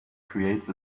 creates